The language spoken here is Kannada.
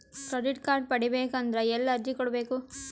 ಕ್ರೆಡಿಟ್ ಕಾರ್ಡ್ ಪಡಿಬೇಕು ಅಂದ್ರ ಎಲ್ಲಿ ಅರ್ಜಿ ಕೊಡಬೇಕು?